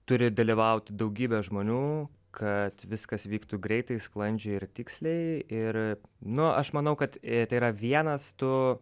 turi dalyvauti daugybė žmonių kad viskas vyktų greitai sklandžiai ir tiksliai ir nu aš manau kad tai yra vienas tu